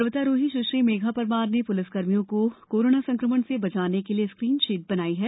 पर्वतारोही स्श्री मेघा परमार ने प्लिसकर्मियों को कोरोना संक्रमण से बचाने के लिये स्क्रीन शीट बनाई है